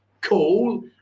cool